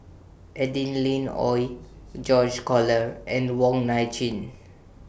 Adeline Ooi George Collyer and Wong Nai Chin